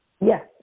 Yes